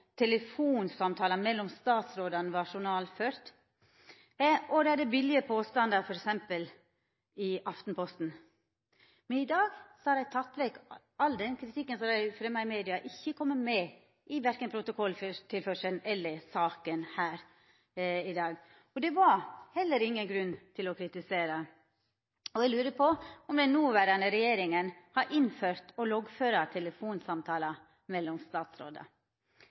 telefonsamtalar mellom statsrådane var journalførte, og dei hadde billege påstandar f.eks. i Aftenposten. Men i dag har dei teke vekk all den kritikken som dei fremja i media, han har ikkje kome med i verken protokolltilførselen eller saka her i dag. Det var heller ingen grunn til å kritisera – og eg lurer på om den noverande regjeringa har innført å loggføra telefonsamtalar mellom statsrådar.